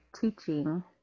teaching